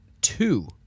two